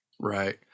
Right